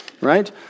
right